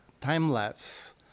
time-lapse